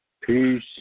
Peace